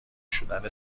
شدن